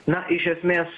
na iš esmės